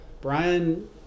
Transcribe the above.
Brian